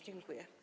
Dziękuję.